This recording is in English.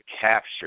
capture